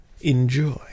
enjoy